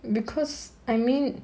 because I mean